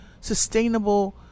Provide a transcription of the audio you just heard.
sustainable